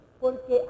Porque